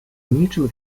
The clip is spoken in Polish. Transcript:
niczym